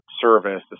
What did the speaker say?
service